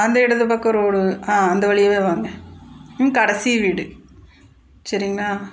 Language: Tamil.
அந்த இடது பக்கம் ரோடு அந்த வழியாவே வாங்க கடைசி வீடு சரிங்களா